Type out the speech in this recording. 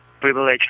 privilege